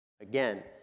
Again